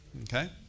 Okay